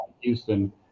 Houston